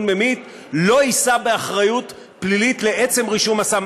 ממית לא יישא באחריות פלילית על עצם רישום הסם.